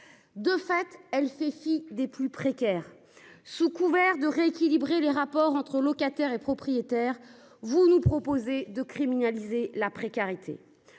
De fait, elle fait fi des plus précaires. Sous couvert de rééquilibrer les rapports entre locataires et propriétaires. Vous nous proposez de criminaliser la précarité.